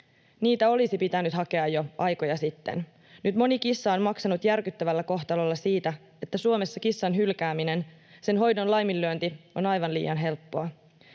Niitä olisi pitänyt hakea jo aikoja sitten. Nyt moni kissa on maksanut järkyttävällä kohtalolla siitä, että Suomessa kissan hylkääminen ja sen hoidon laiminlyönti on aivan liian helppoa.